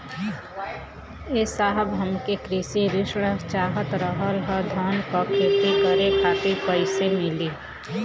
ए साहब हमके कृषि ऋण चाहत रहल ह धान क खेती करे खातिर कईसे मीली?